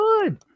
good